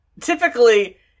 typically